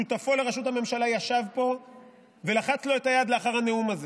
שותפו לראשות הממשלה ישב פה ולחץ לו את היד לאחר הנאום הזה.